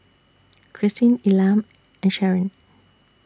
Kristyn Elam and Sharon